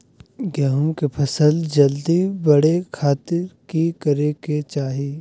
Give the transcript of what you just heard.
गेहूं के फसल जल्दी बड़े खातिर की करे के चाही?